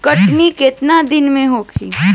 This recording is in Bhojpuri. कटनी केतना दिन में होखे?